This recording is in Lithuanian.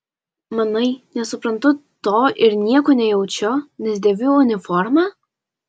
manai nesuprantu to ir nieko nejaučiu nes dėviu uniformą